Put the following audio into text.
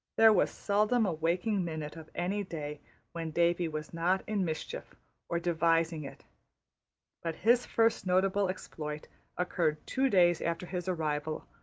there was seldom a waking minute of any day when davy was not in mischief or devising it but his first notable exploit occurred two days after his arrival,